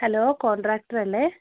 hello കോണ്ട്രാക്റ്ററല്ലേ